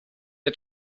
der